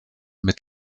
mit